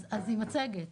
אז היא מצגת.